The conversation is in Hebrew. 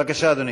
בבקשה, אדוני.